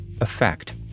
effect